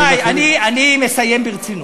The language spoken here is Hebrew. רבותי, אני מסיים ברצינות.